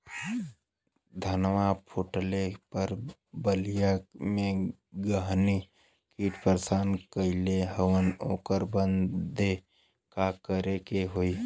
धनवा फूटले पर बलिया में गान्ही कीट परेशान कइले हवन ओकरे बदे का करे होई?